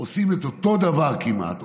עושים אותו דבר כמעט,